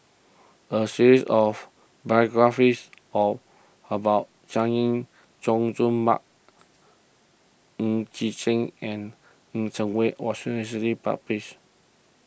a series of biographies of about Chay Jung Jun Mark Ng Yi Sheng and Chen Cheng Mei was recently published